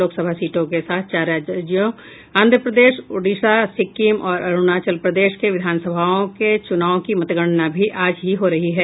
लोकसभा सीटों के साथ चार राज्यों आंध्र प्रदेश ओडिशा सिक्किम और अरूणाचल प्रदेश के विधानसभाओं के चुनाव की मतगणना भी आज ही हो रही है